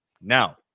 Now